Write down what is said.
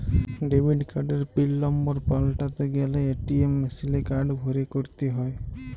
debit কার্ডের pin number পাল্টাতে গ্যালে এ.টি.এম মেশিলে কার্ড ভরে ক্যরতে হ্য়য়